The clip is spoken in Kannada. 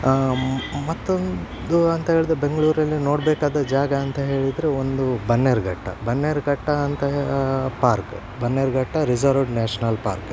ಮತ್ತೊಂದು ಅಂತ ಹೇಳ್ದ್ರೆ ಬೆಂಗಳೂರಲ್ಲಿ ನೋಡಬೇಕಾದ ಜಾಗ ಅಂತ ಹೇಳಿದರೆ ಒಂದು ಬನ್ನೇರುಘಟ್ಟ ಬನ್ನೇರುಘಟ್ಟ ಅಂತ park Bannerghatta reserved national park